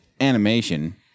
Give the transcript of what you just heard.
animation